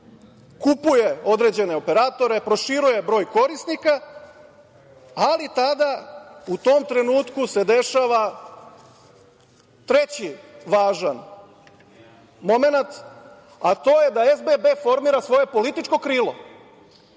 kupuje određene operatore, proširuje broj korisnika, ali tada u tom trenutku se dešava treći važan momenat, a to je da SBB formira svoje političko krilo. Mi